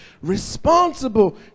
responsible